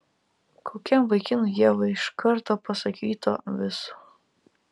kokiam vaikinui ieva iš karto pasakytų viso